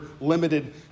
limited